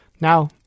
Now